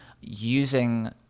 using